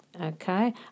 okay